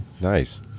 Nice